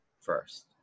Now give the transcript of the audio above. first